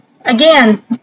again